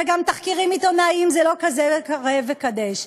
וגם תחקירים עיתונאיים זה לא כזה ראה וקדש,